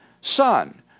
Son